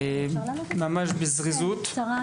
בקצרה,